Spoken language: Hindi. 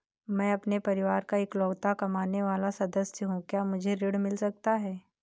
मैं अपने परिवार का इकलौता कमाने वाला सदस्य हूँ क्या मुझे ऋण मिल सकता है?